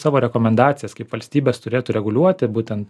savo rekomendacijas kaip valstybės turėtų reguliuoti būtent